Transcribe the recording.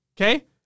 okay